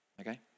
Okay